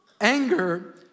Anger